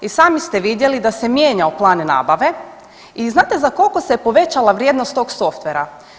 I sami ste vidjeli da se mijenjao plan nabave i znate za koliko se povećala vrijednost tog softvera?